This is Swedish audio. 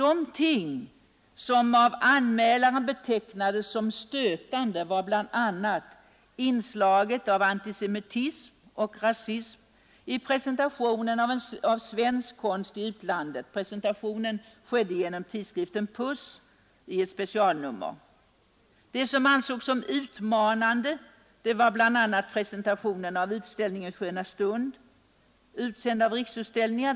Vad som av anmälaren betecknades som stötande var bl.a. inslag av antisemitism och rasism i presentationen av svensk konst i utlandet. Denna presentation skedde genom tidskriften Puss i form av ett Såsom utmanande ansåg man också presentationen av utställningen Sköna stund, utsänd av Riksutställningar.